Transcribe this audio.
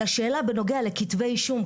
לשאלה בנוגע לכתבי אישום,